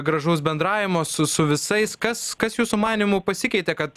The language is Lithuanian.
gražaus bendravimo su su visais kas kas jūsų manymu pasikeitė kad